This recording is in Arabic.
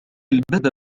الباب